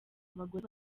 abagore